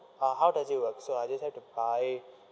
ah how does it work so I just have to buy